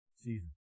season